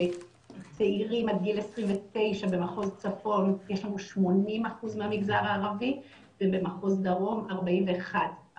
צעירים עד גיל 29 במחוז צפון יש לנו 80% במגזר הערבי ובמחוז דרום 41%